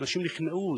ואנשים נכנעו,